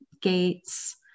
gates